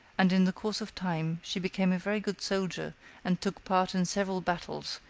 and in the course of time she became a very good soldier and took part in several battles,